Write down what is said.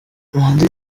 manzi